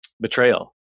betrayal